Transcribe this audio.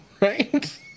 Right